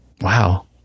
wow